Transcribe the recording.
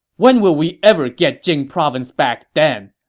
when will we ever get jing province back then!